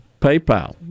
PayPal